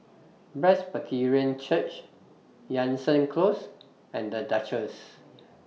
Presbyterian Church Jansen Close and The Duchess